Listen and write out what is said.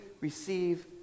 receive